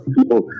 People